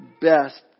best